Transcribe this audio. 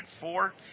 four